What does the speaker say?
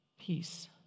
peace